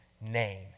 name